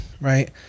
right